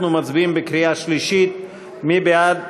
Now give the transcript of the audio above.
אנחנו מצביעים בקריאה שלישית, מי בעד?